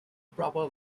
proper